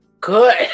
good